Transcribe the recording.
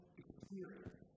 experience